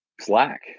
Slack